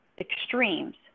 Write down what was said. extremes